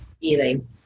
eating